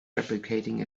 replicating